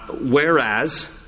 Whereas